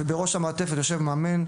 ובראש המעטפת יושב מאמן,